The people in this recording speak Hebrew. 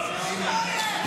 הפנים,